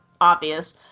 obvious